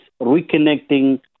reconnecting